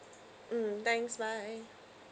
mm thanks bye